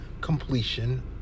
completion